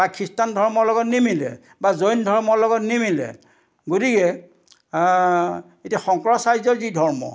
বা খ্ৰীষ্টান ধৰ্মৰ লগত নিমিলে বা জৈন ধৰ্মৰ লগত নিমিলে গতিকে এতিয়া শংকৰাচাৰ্যই যি ধৰ্ম